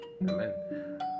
Amen